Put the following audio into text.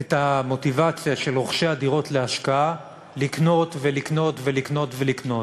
את המוטיבציה של רוכשי הדירות להשקעה לקנות ולקנות ולקנות ולקנות.